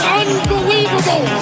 unbelievable